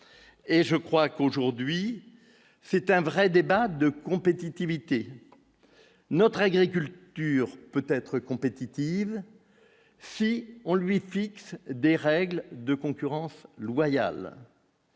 et je crois qu'aujourd'hui c'est un vrai débat de compétitivité notre agriculture peut-être compétitive si on lui fixe des règles de concurrence loyale.